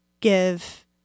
give